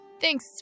Thanks